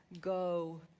go